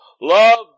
Love